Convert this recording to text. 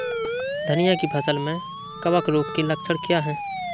धनिया की फसल में कवक रोग के लक्षण क्या है?